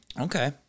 Okay